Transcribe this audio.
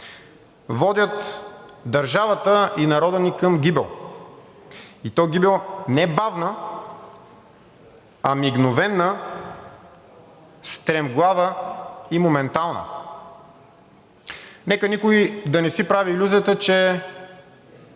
водят държавата и народа ни към гибел, и то гибел не бавна, а мигновена, стремглава и моментална. Нека никой да не си прави илюзията, че